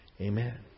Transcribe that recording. Amen